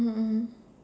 mmhmm mmhmm